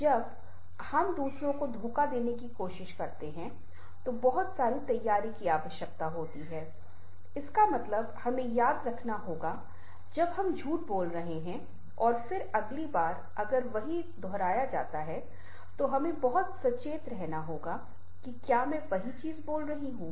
अब जब हम दूसरों को धोखा देने की कोशिश करते हैं तो बहुत सारी तैयारी की आवश्यकता होती है इसका मतलब हमें याद रखना होगा जब हम झूठ बोल रहे हैं और फिर अगली बार अगर वही दोहराया जाता है तो हमें बहुत सचेत रहना होगा कि क्या मैं वही चीज बोल रहा हूँ